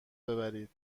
ببرید